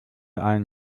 ein